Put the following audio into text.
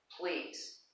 please